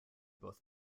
both